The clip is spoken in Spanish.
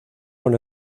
con